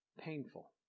Painful